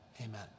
amen